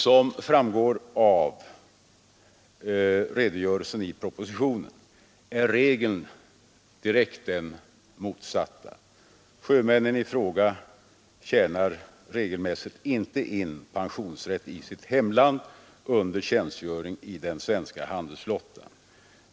Som framgår av redogörelsen i propositionen är regeln den direkt motsatta. Sjömännen i fråga tjänar regelmässigt inte in pensionsrätt i sitt hemland under tjänstgöring i den svenska handelsflottan.